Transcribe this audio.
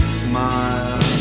smile